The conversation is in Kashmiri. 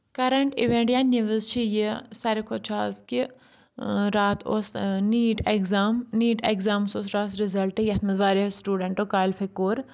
کَرنٛٹ اِویڑیا نِوٕز چھِ یہِ ساروی کھۄتہٕ چھُ حظ کہِ راتھ اوس نیٖٹ اؠکزام نیٖٹ اؠکزامس اوس راتھ رِزَلٹہٕ یَتھ منٛز واریاہ سٹوٗڈنٛٹو کالفَے کوٚر